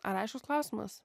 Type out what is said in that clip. ar aiškus klausimas